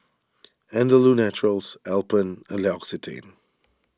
Andalou Naturals Alpen and L'Occitane